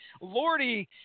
Lordy